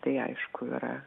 tai aišku yra